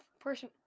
person